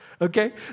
Okay